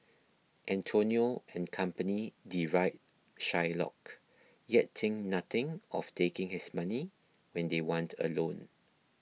Antonio and company deride Shylock yet think nothing of taking his money when they want a loan